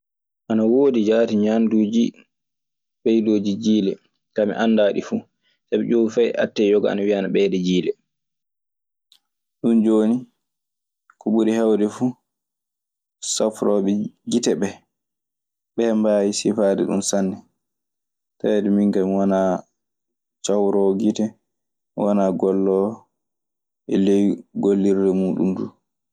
Ana woodi jaati ñanduuji ɓeydooji jiile, kaa mi anndaa ɗi fu; sabi ñaw fay attey yooga ana wiiya ana ɓeyda jiile. Ɗun jooni ko ɓuri heewde fuu, safrooɓe gite ɓee, ɓe mbaawi sifaade ɗun sanne. Taweede min kayi mi wanaa cawroowo gite. Mi wanaa golloowo e ley gollirde muuɗun duu.